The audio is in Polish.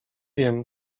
wiem